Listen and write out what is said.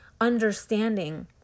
understanding